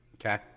Okay